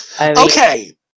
Okay